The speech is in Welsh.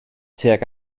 tuag